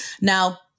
Now